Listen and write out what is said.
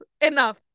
enough